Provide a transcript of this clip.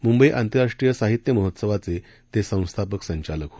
मुंबई आंतरराष्ट्रीय साहित्य महोत्सवाचे ते संस्थापक संचालक होते